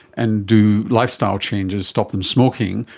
and do lifestyle changes, stop them smoking,